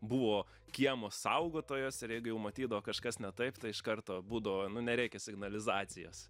buvo kiemo saugotojos ir jeigu jau matydavo kažkas ne taip tai iš karto būdavo nereikia signalizacijas